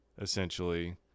essentially